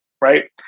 right